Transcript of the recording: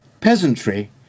peasantry